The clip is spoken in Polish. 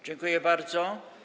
Dziękuję bardzo.